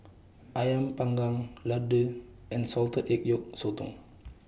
Ayam Panggang Laddu and Salted Egg Yolk Sotong